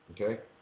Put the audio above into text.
okay